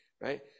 right